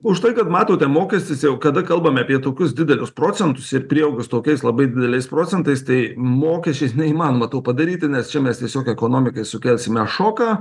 už tai kad matote mokestis jau kada kalbame apie tokius didelius procentus ir prieaugius tokiais labai dideliais procentais tai mokesčiais neįmanoma to padaryti nes čia mes tiesiog ekonomikai sukelsime šoką